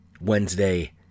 Wednesday